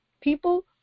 People